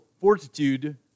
fortitude